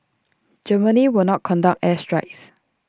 Germany will not conduct air strikes